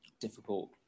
difficult